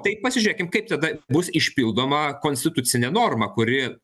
tai pasižiūrėkim kaip tada bus išpildoma konstitucinė norma kuri